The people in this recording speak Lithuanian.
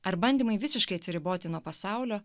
ar bandymai visiškai atsiriboti nuo pasaulio